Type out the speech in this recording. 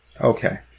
okay